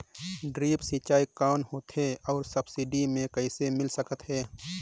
Drip सिंचाई कौन होथे अउ सब्सिडी मे कइसे मिल सकत हे?